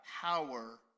power